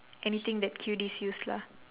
anything that cuties use lah